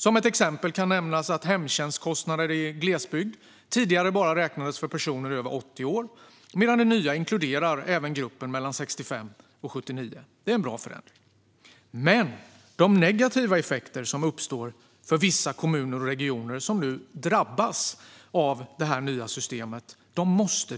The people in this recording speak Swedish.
Som ett exempel kan nämnas att hemtjänstkostnader i glesbygd tidigare bara räknades för personer över 80 år, medan det nya även inkluderar gruppen mellan 65 och 79 år. Det är en bra förändring. Men de negativa effekter som uppstår för vissa kommuner och regioner i det nya systemet måste